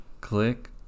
click